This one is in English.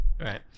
right